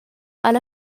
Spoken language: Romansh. alla